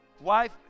Wife